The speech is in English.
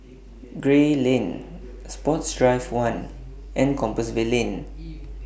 Gray Lane Sports Drive one and Compassvale Lane